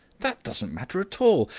that doesn't matter at all,